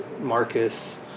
Marcus